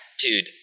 dude